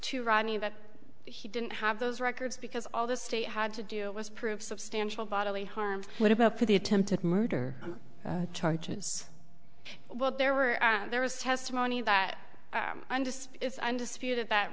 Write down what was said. to ronnie that he didn't have those records because all the state had to do was prove substantial bodily harm what about the attempted murder charges well there were there was testimony that i'm just it's undisputed that